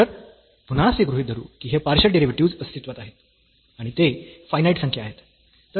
तर पुन्हा असे गृहीत धरू की हे पार्शियल डेरिव्हेटिव्हस् अस्तित्वात आहेत आणि ते फायनाईट संख्या आहेत